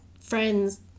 friends